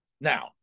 now